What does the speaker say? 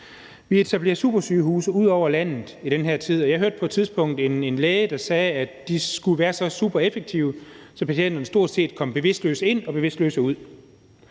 Vi etablerer supersygehuse ud over landet i den her tid, og jeg hørte på et tidspunkt en læge sige, at de skulle være så super effektive, at patienterne stort set kom bevidstløse ind og bevidstløse ud.